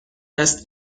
است